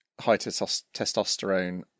high-testosterone